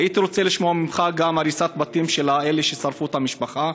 הייתי רוצה לשמוע ממך גם על הריסת בתים של אלה ששרפו את המשפחה,